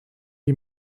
die